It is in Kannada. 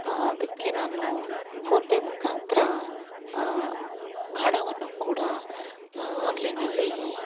ಅದಕ್ಕೆ ನಾನು ಫೋನ್ ಪೇ ಮುಖಾಂತರ ಹಣವನ್ನು ಕೂಡ ಆನ್ಲೈನ್ನಲ್ಲಿ